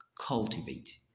cultivate